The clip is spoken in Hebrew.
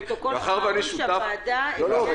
לפרוטוקול צריך להגיד שהוועדה --- לא, לא.